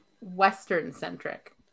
Western-centric